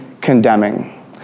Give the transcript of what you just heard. condemning